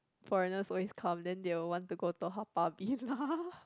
foreigners always come then they will want to go to Haw-Par-Villa